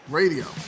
radio